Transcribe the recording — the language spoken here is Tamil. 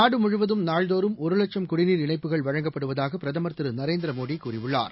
நாடுமுழுவதும் நாள்தோறும் ஒருவட்சும் குடிநீர் இணைப்புகள் வழங்கப்படுவதாகபிரதமர் திரு நரேந்திரமோடிகூறியுள்ளார்